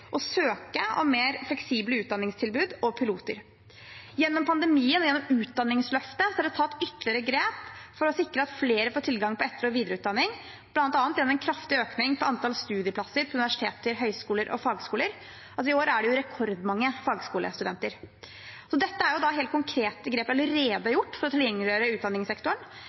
å søke om mer fleksible utdanningstilbud og piloter. Under pandemien er det gjennom Utdanningsløftet tatt ytterligere grep for å sikre at flere får tilgang på etter- og videreutdanning, bl.a. en kraftig økning av antall studieplasser ved universiteter, høyskoler og fagskoler. I år er det rekordmange fagskolestudenter. Dette er helt konkrete grep vi allerede har tatt for å tilgjengeliggjøre utdanningssektoren.